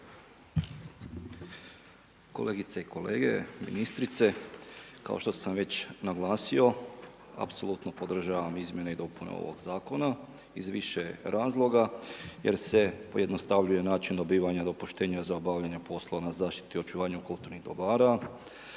Kolegice i kolege, ministrice. Kao što sam već naglasio, apsolutno podržavam izmjene i dopune ovog Zakona iz više razloga jer se pojednostavljuje način dobivanja dopuštenja za obavljanje poslova na zaštiti i očuvanju kulturnih dobara,